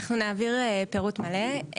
אנחנו נעביר פירוט מלא.